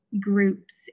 groups